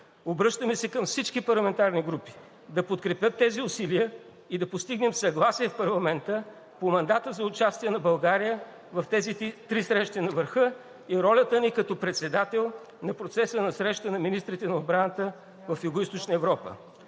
Обръщаме се към всички парламентарни групи да подкрепят тези усилия и да постигнем съгласие в парламента по мандата за участие на България в тези три срещи на върха и ролята ни като председател на процеса на среща на министрите на отбраната в Югоизточна Европа.